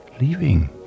leaving